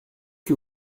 que